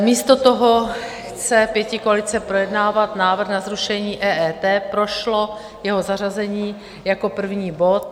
Místo toho chce pětikoalice projednávat návrh na zrušení EET, prošlo jeho zařazení jako první bod.